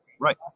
Right